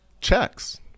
checks